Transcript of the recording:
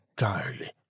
entirely